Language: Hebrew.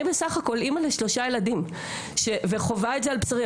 אני בסך הכול אמא לשלושה ילדים וחווה את זה על בשרי,